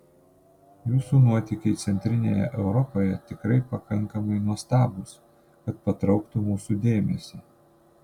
jūsų nuotykiai centrinėje europoje tikrai pakankamai nuostabūs kad patrauktų mūsų dėmesį